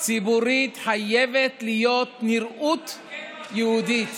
חייבת להיות נראות יהודית.